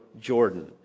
Jordan